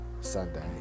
sunday